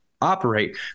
operate